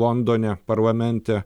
londone parlamente